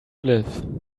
live